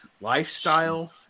lifestyle